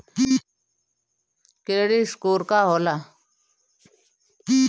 Credit score का होला?